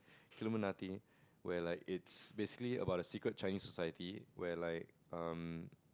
Killuminati where like it's basically about the secret Chinese society where like um